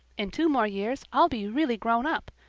in two more years i'll be really grown up.